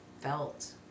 felt